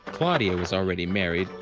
claudia was already married,